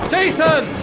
Jason